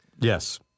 Yes